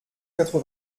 quatre